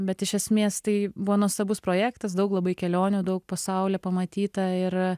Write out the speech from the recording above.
bet iš esmės tai buvo nuostabus projektas daug labai kelionių daug pasauly pamatyta ir